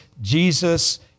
Jesus